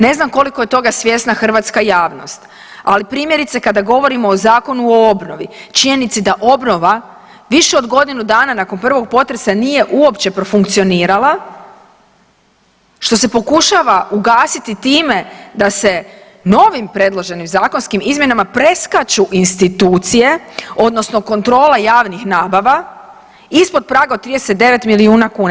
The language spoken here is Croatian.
Ne znam koliko je toga svjesna hrvatska javnost, ali, primjerice, kada govorimo o Zakonu o obnovi, činjenica da obnova više od godinu dana nakon prvog potresa nije uopće profunkcionirala, što se pokušava ugasiti time da se novim predloženim zakonskim izmjenama preskaču institucije, odnosno kontrola javnih nabava ispod praga od 39 milijuna kuna.